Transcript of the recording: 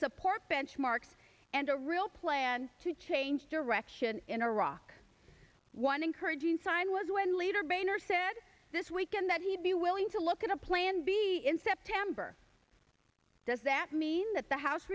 support benchmarks and a real plan to change direction in iraq one encouraging sign was when leader boehner said this weekend that he'd be willing to look at a plan b in september does that mean that the house